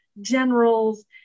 generals